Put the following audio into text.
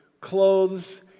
clothes